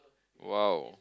!wow!